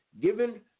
given